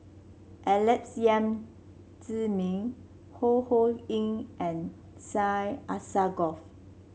Alex Yam Ziming Ho Ho Ying and Syed Alsagoff